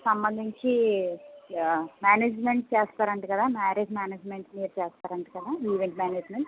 సంబంధించి మేనేజ్మెంట్ చేస్తారంట కదా మ్యారేజ్ మేనేజ్మెంట్ మీరు చేస్తారంట కదా ఈవెంట్ మేనేజ్మెంట్